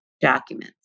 documents